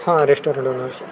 हां रेस्टॉरंट ओनरशी